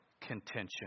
contention